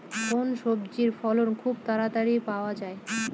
কোন সবজির ফলন খুব তাড়াতাড়ি পাওয়া যায়?